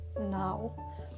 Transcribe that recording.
now